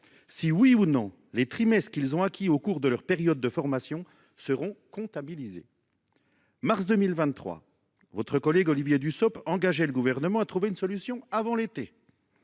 si, oui ou non, les trimestres qu’ils ont acquis au cours de leur période de formation seront comptabilisés. Au mois de mars 2023, votre collègue Olivier Dussopt engageait le Gouvernement à trouver une solution avant l’été.